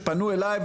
כשפנו אליי,